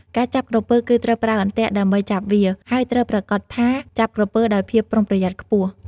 ការចាប់ក្រពើគឺត្រូវប្រើអន្ទាក់ដើម្បីចាប់វា ហើយត្រូវប្រាកដថាចាប់ក្រពើដោយភាពប្រុងប្រយ័ត្នខ្ពស់។